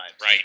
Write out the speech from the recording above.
Right